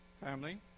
family